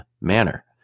manner